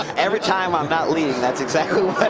every time i'm not leading that's exactly what but